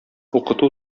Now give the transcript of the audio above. укыту